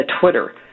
Twitter